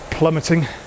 Plummeting